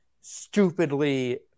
stupidly